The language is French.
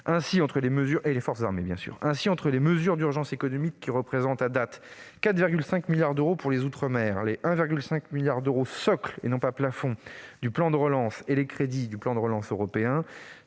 Ainsi, entre les mesures d'urgence économique qui représentent à date 4,5 milliards d'euros pour les outre-mer, le 1,5 milliard d'euros « socle »- et non pas plafond ! -du plan de relance et les crédits React-UE, ce sont